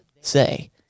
say